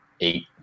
eight